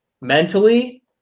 mentally